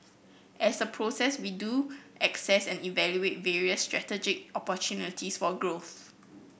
as a process we do asccess and evaluate various strategic opportunities for growth